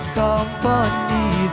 company